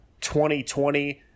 2020